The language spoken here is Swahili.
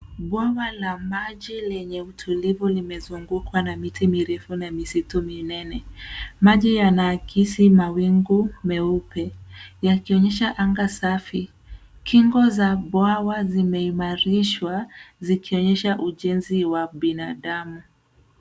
Bwawa la maji lenye utulivu limezungukwa miti mirefu na misitu minene. Maji yanaakisi mawingu meupe yakionyesha anga safi. Kingo za bwawa zimeimarishwa zikionyesha ujenzi wa binadamu.